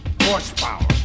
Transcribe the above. Horsepower